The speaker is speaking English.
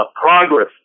progress